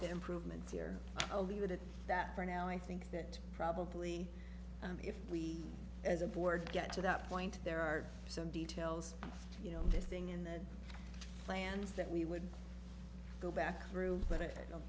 the improvements here a leave it at that for now i think that probably if we as a board get to that point there are some details you know this thing in the plans that we would go back through but i don't